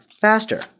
faster